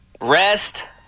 rest